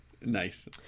Nice